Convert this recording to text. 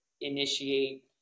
initiate